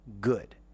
good